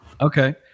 Okay